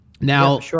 Now